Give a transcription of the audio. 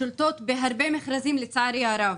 שולטות בהרבה מכרזים לצערי הרב.